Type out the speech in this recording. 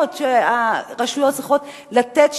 על השירותים לאזרח שהרשויות צריכות לתת,